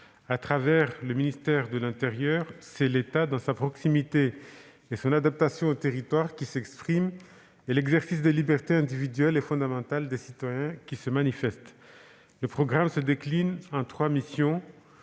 Au travers du ministère de l'intérieur, c'est l'État dans sa proximité et son adaptation aux territoires qui s'exprime, et l'exercice des libertés individuelles et fondamentales des citoyens qui se manifeste. La mission se décline en trois programmes.